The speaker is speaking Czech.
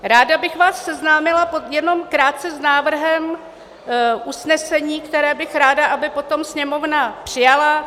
Ráda bych vás seznámila jenom krátce s návrhem usnesení, které bych ráda, aby potom Sněmovna přijala.